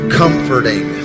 comforting